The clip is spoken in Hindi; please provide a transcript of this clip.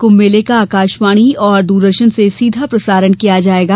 कृम्भ मेले का आकाशवाणी और द्रदर्शन से सीधा प्रसारण किया जाएगा